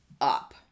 up